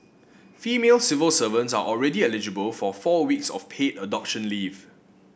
female civil servants are already eligible for four weeks of paid adoption leave